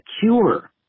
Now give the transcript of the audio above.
Cure